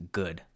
good